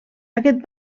aquest